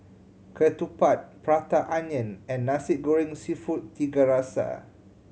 ketupat Prata Onion and Nasi Goreng Seafood Tiga Rasa